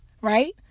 right